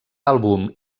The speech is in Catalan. àlbum